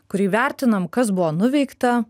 kur įvertinam kas buvo nuveikta